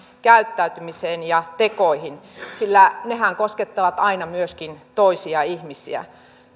käyttäytymiseen ja tekoihin sillä nehän koskettavat aina myöskin toisia ihmisiä